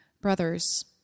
Brothers